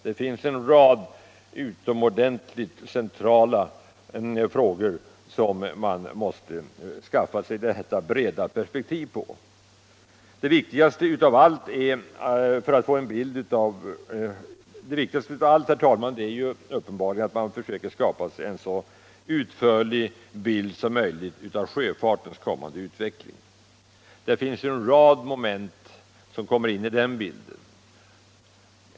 Det finns en rad utomordenligt centrala frågor som man måste skaffa sig detta breda perspektiv på. Det viktigaste av allt, herr talman, är uppenbarligen att man försöker skaffa sig en så utförlig bild som möjligt av sjöfartens kommande utveckling. Det är en rad moment som kommer in i den bilden.